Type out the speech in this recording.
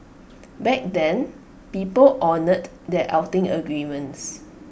back then people honoured their outing agreements